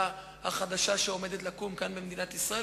החדשה שעומדת לקום כאן במדינת ישראל,